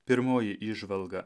pirmoji įžvalga